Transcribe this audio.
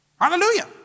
Hallelujah